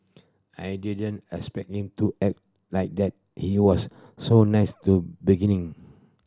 I didn't expect him to act like that he was so nice to beginning